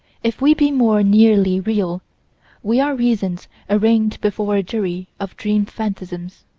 if we be more nearly real we are reasons arraigned before a jury of dream-phantasms.